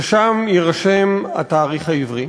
ששם יירשם התאריך העברי,